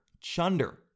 chunder